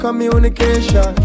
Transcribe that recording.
Communication